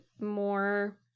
more